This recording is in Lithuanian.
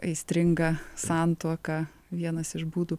aistringa santuoka vienas iš būdų